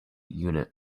unit